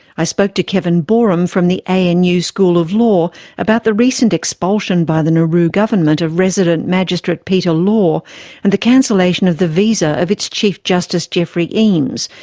i spoke to kevin boreham from the and anu school of law about the recent expulsion by the nauru government of resident magistrate peter law and the cancellation of the visa of its chief justice geoffrey eames,